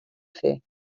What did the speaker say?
fer